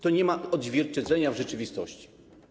To nie ma odzwierciedlenia w rzeczywistości.